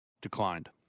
declined